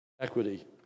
equity